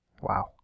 Wow